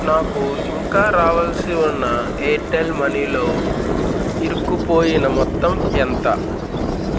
నాకు ఇంకా రావాల్సి ఉన్న ఎయిర్టెల్ మనీలో ఇరుక్కుపోయిన మొత్తం ఎంత